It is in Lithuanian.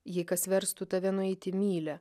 jei kas verstų tave nueiti mylią